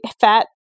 fat